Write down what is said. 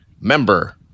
Member